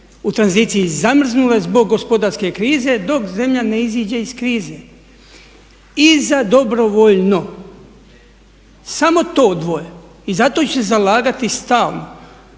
u tranziciji zamrznule zbog gospodarske krize dok zemlja ne iziđe iz krize. Iza dobrovoljno samo to dvoje. I za to ću se zalagati stalno,